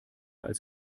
als